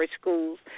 schools